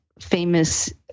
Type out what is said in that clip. famous